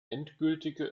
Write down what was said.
endgültige